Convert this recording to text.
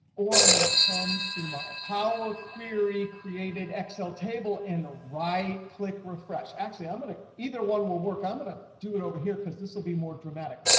or i'm going to come to my power query created excel table, and right click refresh. actually i'm going to either one will work. i'm going to do it over here because this will be more dramatic.